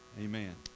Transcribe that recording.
Amen